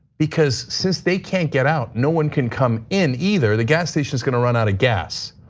because since they can't get out, no one can come in either. the gas station is going to run out of gas.